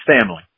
family